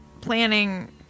planning